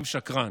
גם שקרן.